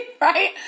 right